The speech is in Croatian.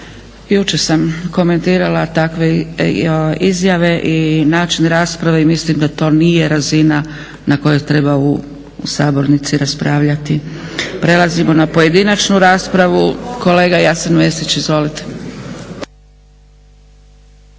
Jučer sam komentirala takve izjave i način rasprave i mislim da to nije razina na kojoj treba u sabornici raspravljati. Prelazimo na pojedinačnu raspravu. Kolega Jasen Mesić, izvolite.